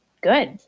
good